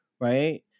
right